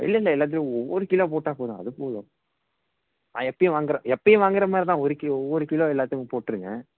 இல்லைல்ல எல்லாத்திலையும் ஒவ்வொரு கிலோ போட்டால் போதும் அது போதும் நான் எப்போயும் வாங்குகிற எப்போயும் வாங்குகிற மாதிரி தான் ஒரு கிலோ ஒவ்வொரு கிலோ எல்லாத்துக்கும் போட்டுடுங்க